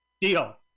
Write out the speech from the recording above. Deal